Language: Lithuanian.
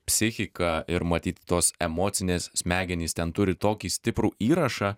psichika ir matyt tos emocinės smegenys ten turi tokį stiprų įrašą